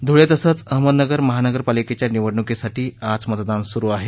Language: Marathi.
धूळे तसंच अहमदनगर महानगरपालिकेच्या निवडणुकीसाठी आज मतदान सुरु आहे